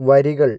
വരികള്